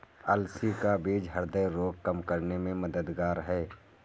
अलसी का बीज ह्रदय रोग कम करने में मददगार है